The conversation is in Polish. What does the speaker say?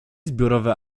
zbiorowe